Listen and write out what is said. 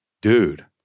dude